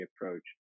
approach